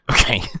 Okay